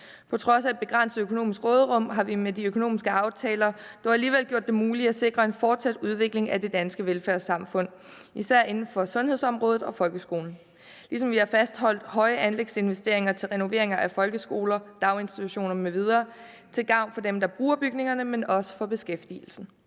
På trods af et begrænset økonomisk råderum har vi med de økonomiske aftaler alligevel gjort det muligt at sikre en fortsat udvikling af det danske velfærdssamfund, især inden for sundhedsområdet og folkeskolen, ligesom vi har fastholdt høje anlægsinvesteringer til renoveringer af folkeskoler, daginstitutioner m.v. til gavn for dem, der bruger bygningerne, men også for beskæftigelsen.